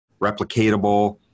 replicatable